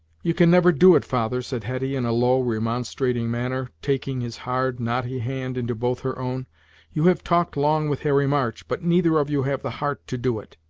you can never do it, father! said hetty, in a low, remonstrating manner, taking his hard, knotty hand into both her own you have talked long with harry march but neither of you have the heart to do it!